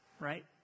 right